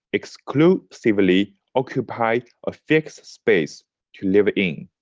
exclusively occupy a fixed space to live in.